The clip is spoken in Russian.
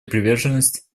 приверженность